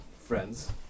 friends